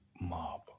Mob